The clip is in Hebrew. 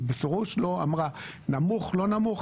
היא בפירוש לא אמרה נמוך או לא נמוך.